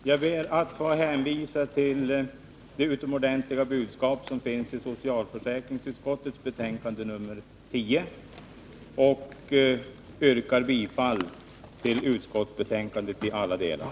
Herr talman! Jag ber att få hänvisa till det utomordentliga budskap som finns i socialförsäkringsutskottets betänkande nr 10, och jag yrkar bifall till utskottets hemställan i alla delar.